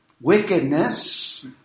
Wickedness